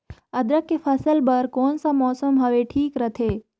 अदरक के फसल बार कोन सा मौसम हवे ठीक रथे?